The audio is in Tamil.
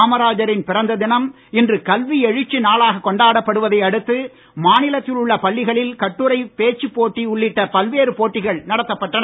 காமராஜரின் பிறந்த தினம் இன்று கல்வி எழுச்சி நாளாக கொண்டாடப்படுவதை அடுத்து மாநிலத்தில் உள்ள பள்ளிகளில் கட்டுரை பேச்சுப் போட்டி உள்ளிட்ட பல்வேறு போட்டிகள் நடத்தப்பட்டன